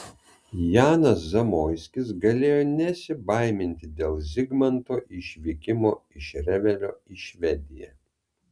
janas zamoiskis galėjo nesibaiminti dėl zigmanto išvykimo iš revelio į švediją